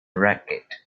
racket